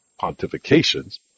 pontifications